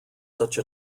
such